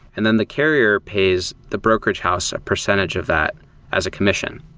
and then the carrier pays the brokerage house a percentage of that as a commission.